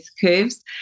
curves